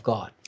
God